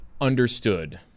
understood